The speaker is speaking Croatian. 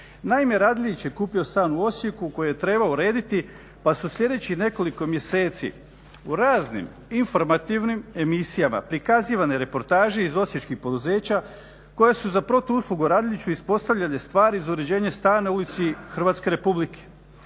Naime, Radeljić je kupio stan u Osijeku koji je trebalo urediti pa su sljedećih nekoliko mjeseci u raznim informativnim emisijama prikazivane reportaže iz osječkih poduzeća koje su za protuuslugu Radeljiću ispostavljale stvari za uređenje stana u Ulici Hrvatske Republike.